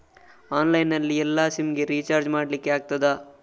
Online ನಲ್ಲಿ ಎಲ್ಲಾ sim ಗೆ ರಿಚಾರ್ಜ್ ಮಾಡಲಿಕ್ಕೆ ಆಗ್ತದಾ?